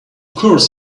course